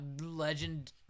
legend